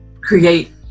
create